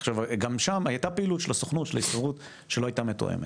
עכשיו גם שם הייתה פעילות של הסוכנות שלא הייתה מתואמת